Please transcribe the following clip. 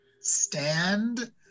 stand